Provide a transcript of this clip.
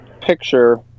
picture